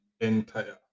entire